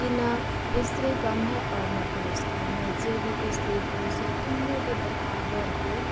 कि नहि स्त्री कम हय आओर नहि पुरुष कम हय जेभी स्त्री पुरुष हय दुनूके बराबरके